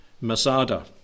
Masada